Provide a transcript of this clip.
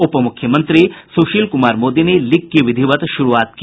उप मुख्यमंत्री सुशील कुमार मोदी ने लीग की विधिवत शुरूआत की